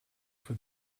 for